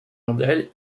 mondiale